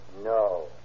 No